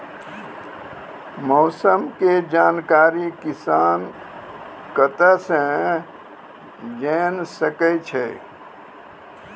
मौसम के जानकारी किसान कता सं जेन सके छै?